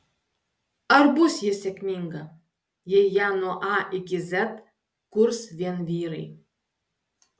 ar bus ji sėkminga jei ją nuo a iki z kurs vien vyrai